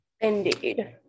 indeed